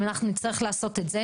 אם אנחנו נצטרך לעשות את זה,